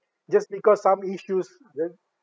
just because some issues that